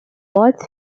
both